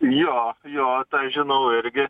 jo jo tą žinau irgi